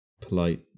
polite